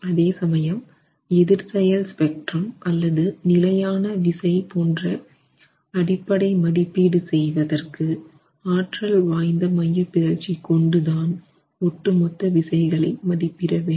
அதே சமயம் எதிர்ச்செயல் ஸ்பெக்ட்ரம் அல்லது நிலையான விசை போன்ற அடிப்படை மதிப்பீடு செய்வதற்கு ஆற்றல் வாய்ந்த மையப்பிறழ்ச்சி கொண்டுதான் ஒட்டுமொத்த விசைகளை மதிப்பிட வேண்டும்